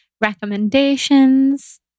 recommendations